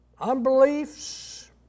unbeliefs